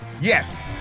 Yes